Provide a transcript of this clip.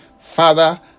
Father